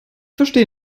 verstehe